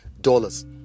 dollars